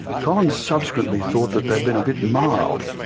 collins subsequently thought that they had been a bit mild,